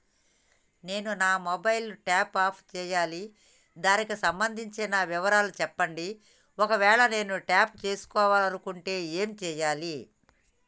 నేను నా mobile top up చేయాలి దానికి సంబంధించిన వివరాలు చెప్పండి ఒకవేళ నేను టాప్ చేసుకోవాలనుకుంటే ఏం చేయాలి?